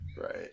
Right